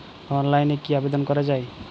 অনলাইনে কি আবেদন করা য়ায়?